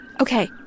okay